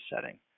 setting